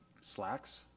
Slacks